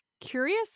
curious